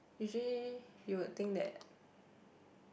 usually you would think that